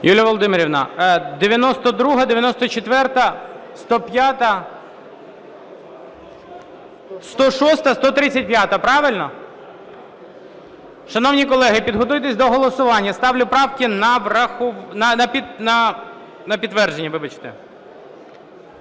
Юлія Володимирівна, 92-а, 94-а, 105-а, 106-а, 135-а, правильно? Шановні колеги, підготуйтесь до голосування. Ставлю правки на врахування…